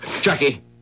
Jackie